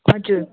हजुर